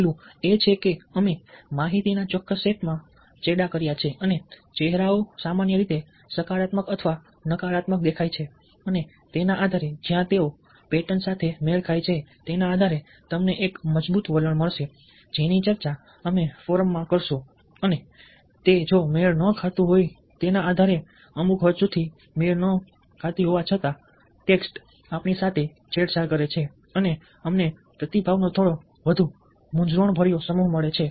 પહેલું એ છે કે અમે માહિતીના ચોક્કસ સેટમાં ચેડાં કર્યા છે અને ચહેરાઓ સામાન્ય રીતે સકારાત્મક અથવા નકારાત્મક દેખાય છે અને તેના આધારે જ્યાં તેઓ પેટર્ન સાથે મેળ ખાય છે તેના આધારે તમને એક મજબૂત વલણ મળશે જેની ચર્ચા અમે ફોરમમાં કરીશું અને મેળ ખાતી ન હોવાના આધારે અમુક હદ સુધી મેળ ખાતી ન હોવા છતાં ટેક્સ્ટ આપણી સાથે છેડછાડ કરે છે અને અમને પ્રતિભાવોનો થોડો વધુ મૂંઝવણભર્યો સમૂહ મળે છે